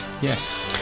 Yes